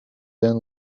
then